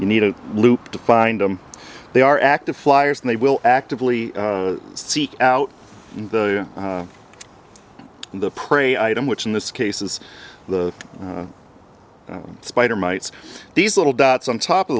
you need a loop to find them they are active fliers and they will actively seek out the the prey item which in this case is the spider mites these little dots on top of